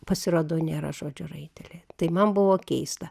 pasirodo nėra žodžio raitelė tai man buvo keista